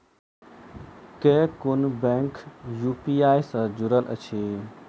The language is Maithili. केँ कुन बैंक यु.पी.आई सँ जुड़ल अछि?